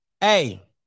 Hey